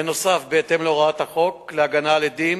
בנוסף, בהתאם להוראת החוק להגנה על עדים